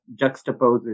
juxtaposes